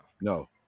No